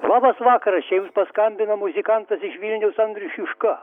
labas vakaras jums paskambina muzikantas iš vilniaus andrius juška